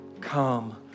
Come